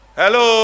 hello